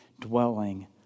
dwelling